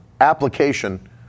application